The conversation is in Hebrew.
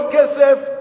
כל כסף,